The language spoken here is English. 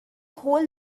whole